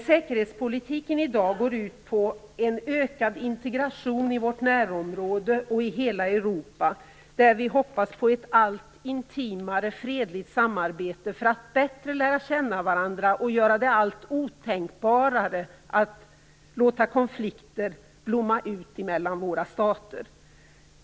Säkerhetspolitiken i dag går ut på en ökad integration i vårt närområde och i hela Europa, där vi hoppas på ett allt intimare fredligt samarbete för att bättre lära känna varandra och göra det alltmer otänkbart att låta konflikter blomma ut mellan våra stater.